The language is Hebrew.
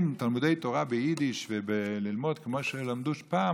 תלמודי תורה ביידיש וללמוד כמו שלמדו פעם,